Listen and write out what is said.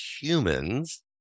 humans